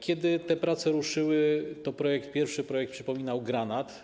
Kiedy te prace ruszyły, to pierwszy projekt przypominał granat.